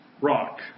rock